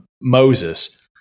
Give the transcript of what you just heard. Moses